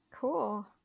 Cool